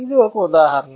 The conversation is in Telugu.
ఇది ఒక ఉదాహరణ